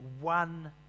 one